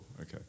okay